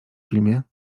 filmie